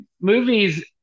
movies